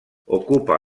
ocupa